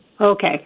Okay